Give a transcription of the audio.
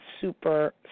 super